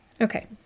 Okay